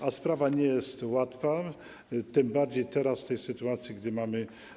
A sprawa nie jest łatwa, tym bardziej teraz, w tej sytuacji gdy mamy.